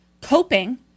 Coping